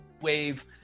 wave